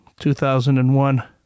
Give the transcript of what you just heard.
2001